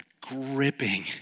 gripping